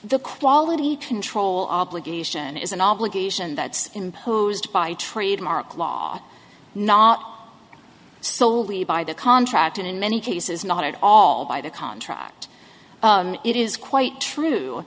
the quality control obligation is an obligation that's imposed by trademark law not solely by the contract in many cases not at all by the contract it is quite true